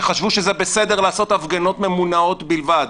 שחשבו שזה בסדר לעשות הפגנות ממונעות בלבד,